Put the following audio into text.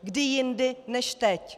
Kdy jindy než teď?